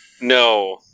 No